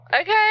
Okay